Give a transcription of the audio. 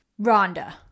Rhonda